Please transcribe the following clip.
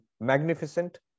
magnificent